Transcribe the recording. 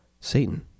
Satan